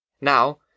Now